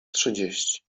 trzydzieści